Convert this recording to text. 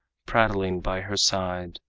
prattling by her side,